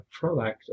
proactive